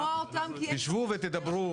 תשבו ותדברו.